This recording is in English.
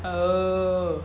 oh